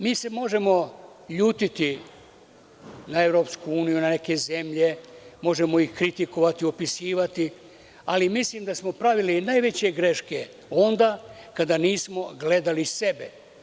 Drugo, mi se možemo ljutiti na EU, na neke zemlje, možemo ih kritikovati, opisivati, ali mislim da smo pravili najveće greške onda kada nismo gledali sebe.